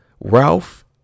Ralph